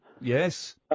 Yes